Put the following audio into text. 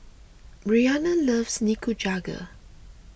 Bryana loves Nikujaga